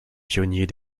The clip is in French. pionniers